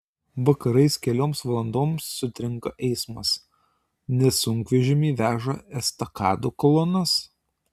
vakarais kelioms valandoms sutrinka eismas nes sunkvežimiai veža estakadų kolonas